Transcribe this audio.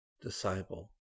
Disciple